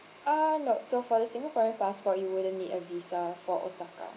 uh no so for the singaporean passport you wouldn't need a visa for osaka